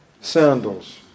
sandals